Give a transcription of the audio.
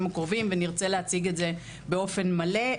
הקרובים ונרצה להציג את זה באופן מלא.